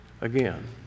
again